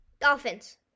Dolphins